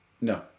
No